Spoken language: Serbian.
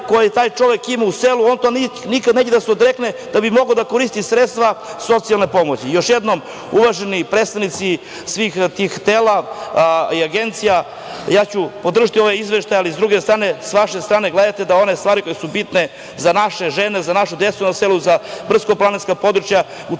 koje taj čovek ima u selu, on toga nikad neće da se odrekne da bi mogao da koristi sredstva socijalne pomoći. Još jednom, uvaženi predstavnici svih tih tela i agencija, ja ću podržati ove izveštaje, ali s druge strane, s vaše strane gledajte da one stvari koje su bitne za naše žene, za našu decu na selu, za brdsko-planinska područja,